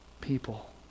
people